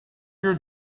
your